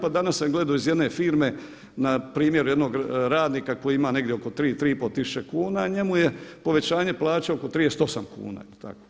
Pa danas sam gledao iz jedne firme na primjeru jednog radnika koji ima negdje oko 3, 35 tisuće kuna, njemu je povećanje plaće oko 38 kuna, je li tako?